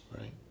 Right